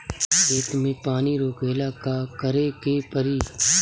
खेत मे पानी रोकेला का करे के परी?